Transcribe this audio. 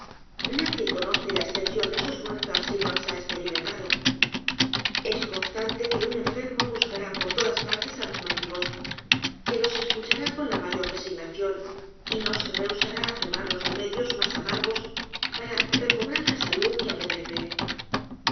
nadie conoce la estension de sus fuerzas si no las ha esperimentado es constante que un enfermo buscará por todas partas á los médicos que los escuchará con la mayor resignación y no se rehusará á tomar los remedios mas amargos para recobrar la salud que apetece